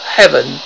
heaven